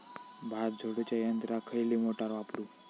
भात झोडूच्या यंत्राक खयली मोटार वापरू?